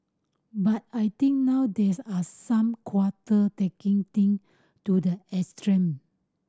but I think now there's are some quarter taking thing to the extreme